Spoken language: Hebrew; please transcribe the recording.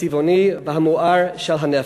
הצבעוני והמואר של הנפש.